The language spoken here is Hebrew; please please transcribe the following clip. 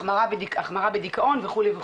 החמרה בדיכאון, וכולי.